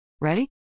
Ready